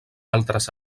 altres